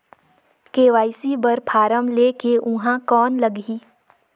KYC बर form ले के ऊहां कौन लगही?